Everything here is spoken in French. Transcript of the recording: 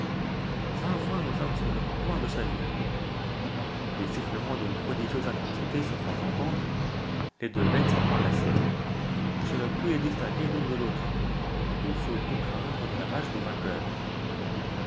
vingt fois nous sommes sur le point de chavirer des sifflements d'une prodigieuse intensité se font entendre les deux bêtes sont enlacées je ne puis les distinguer l'une de l'autre il faut tout craindre de la rage du vainqueur